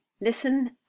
Listen